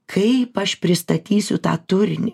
kaip aš pristatysiu tą turinį